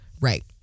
Right